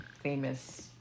famous